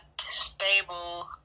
stable